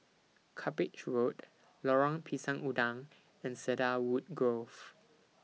Cuppage Road Lorong Pisang Udang and Cedarwood Grove